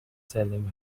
selling